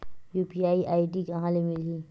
UPI ID कहां ले मिलही?